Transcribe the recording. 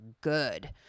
good